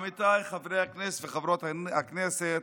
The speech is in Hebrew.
עמיתיי חברי הכנסת וחברות הכנסת,